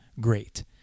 great